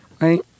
right